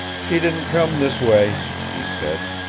she didn't come this way, he said,